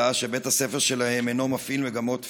שבית הספר שלהם אינו מפעיל מגמות פיזיקה,